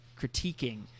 critiquing